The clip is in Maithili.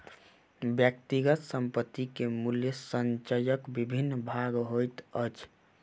व्यक्तिगत संपत्ति के मूल्य संचयक विभिन्न भाग होइत अछि